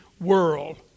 world